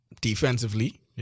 defensively